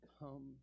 come